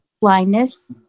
blindness